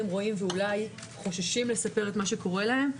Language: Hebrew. רואים ואולי חוששים לספר את מה שקורה להם,